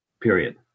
period